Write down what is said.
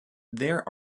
there